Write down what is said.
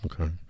okay